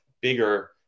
bigger